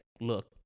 look